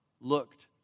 looked